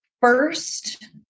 First